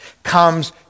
comes